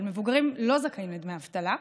אבל מבוגרים לא זכאים לדמי אבטלה.